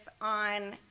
on